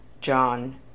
john